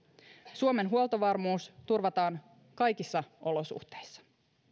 suomen huoltovarmuus turvataan kaikissa olosuhteissa